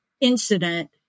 incident